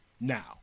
Now